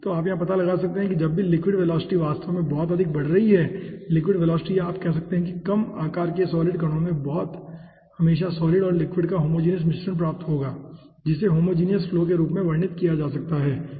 तो आप यहां पता लगा सकते हैं जब भी लिक्विड वेलोसिटी वास्तव में बहुत अधिक बढ़ रही है लिक्विड वेलोसिटी या आप कह सकते हैं कि काम आकर के सॉलिड कणों में हमेशा सॉलिड और लिक्विड का होमोजीनियस मिश्रण प्राप्त होगा जिसे होमोजिनियस फ्लो के रूप में वर्णित किया जा सकता है ठीक है